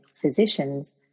physicians